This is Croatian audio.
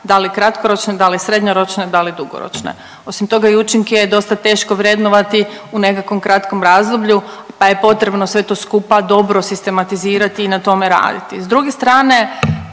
da li kratkoročne, da li srednjoročne, da li dugoročne. Osim toga i učinke je dosta teško vrednovati u nekakvom kratkom razdoblju, pa je potrebno sve to skupa dobro sistematizirati i na tome raditi. S druge strane,